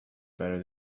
better